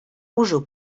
użył